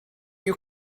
you